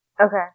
Okay